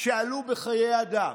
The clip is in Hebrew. שעלו בחיי אדם: